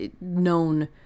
known